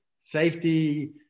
safety